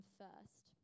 first